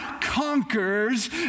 conquers